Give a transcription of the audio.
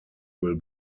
will